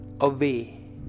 away